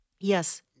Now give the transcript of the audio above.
Yes